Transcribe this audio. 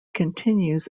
continues